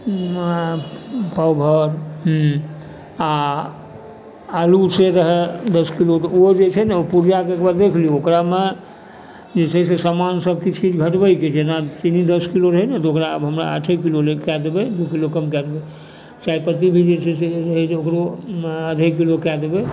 पाव भरि आओर आलू से रहै दस किलोके ओ जे छै ने ओ पूर्जाके एक बेर देखि लियौ ओकरामे जे छै से सामान सब किछु किछु घटबैके छै जेना चीनी दस किलो रहै ने तऽ ओकरा आब हमरा आठे किलो लए कऽ देबै दू किलो कम कए देबै चाय पत्ती भी जे छै से रहै ओकरो आधे किलो कए देबै